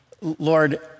Lord